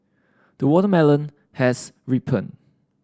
the watermelon has ripened